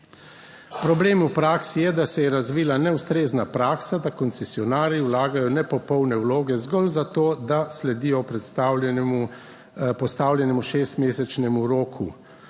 Problem v praksi je, da se je razvila neustrezna praksa, da koncesionarji vlagajo nepopolne vloge, zgolj za to, da sledijo predstavljenemu, postavljenemu šestmesečnemu roku.